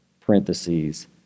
parentheses